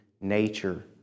nature